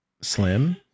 slim